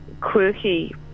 quirky